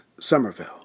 Somerville